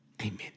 Amen